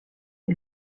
est